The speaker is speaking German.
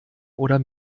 oder